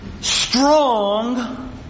strong